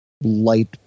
light